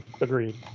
agreed